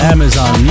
Amazon